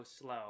slow